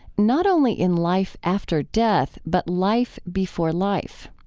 not only in life after death, but life before life.